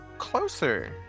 closer